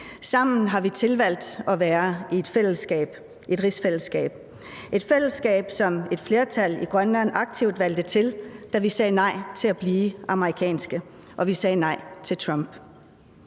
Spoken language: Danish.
Sammen har vi tilvalgt at være i et fællesskab, et rigsfællesskab – et fællesskab, som et flertal i Grønland aktivt valgte til, da vi sagde nej til at blive amerikanske og vi sagde nej til Trump.